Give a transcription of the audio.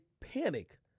panic